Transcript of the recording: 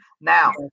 Now